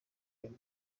nyuma